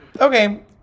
okay